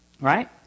right